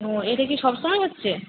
ও এটা কি সব সময় হচ্ছে